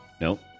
Nope